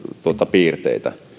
piirteitä